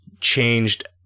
changed